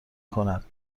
کند